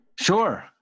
Sure